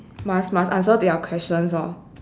must must answer to your questions lor